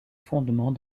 fondements